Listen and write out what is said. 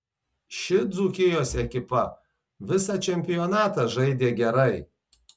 ši dzūkijos ekipa visą čempionatą žaidė gerai